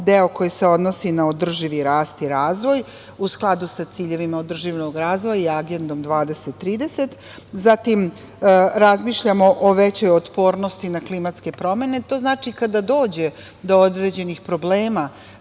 deo koji se odnosi na održivi rast i razvoj u skladu sa ciljevima održivog razvoja i Agendom 2030, zatim razmišljamo o većoj otpornosti na klimatske promene. To znači da kada dođe do određenih problema